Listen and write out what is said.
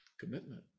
commitment